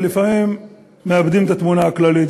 ולפעמים מאבדים את התמונה הכללית.